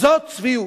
וזו צביעות.